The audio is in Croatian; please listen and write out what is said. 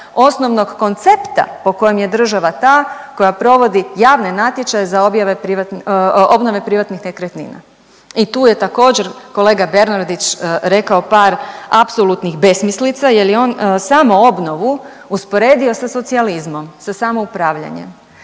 Osnovnog koncepta po kojem je država ta koja provodi javne natječaje za objave .../nerazumljivo/... obnove privatnih nekretnina i tu je također, kolega Bernardić rekao par apsolutnih besmislica jer je on samoobnovu usporedio sa socijalizmom, sa samoupravljanjem.